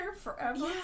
forever